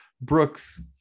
Brooks